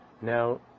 now